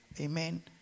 Amen